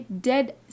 dead